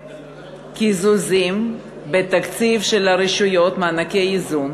וקיזוזים בתקציב של הרשויות, מענקי איזון.